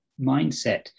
mindset